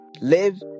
Live